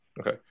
Okay